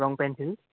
ৰং পেঞ্চিল